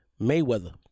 Mayweather